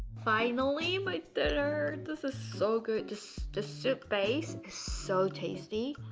finally my dinner! this is so good, just a soup base, so tasty.